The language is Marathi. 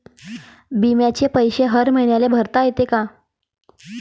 बिम्याचे पैसे हर मईन्याले भरता येते का?